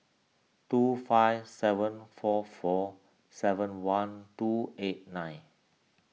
two five seven four four seven one two eight nine